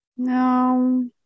no